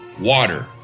Water